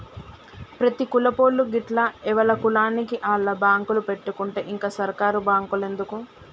ప్రతి కులపోళ్లూ గిట్ల ఎవల కులానికి ఆళ్ల బాంకులు పెట్టుకుంటే ఇంక సర్కారు బాంకులెందుకు